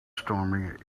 stormy